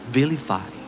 Vilify